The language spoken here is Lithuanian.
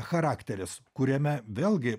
charakteris kuriame vėlgi